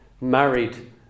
married